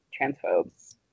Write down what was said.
transphobes